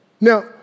Now